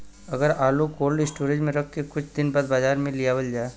अगर आलू cold storage में रख के कुछ दिन बाद बाजार में लियावल जा?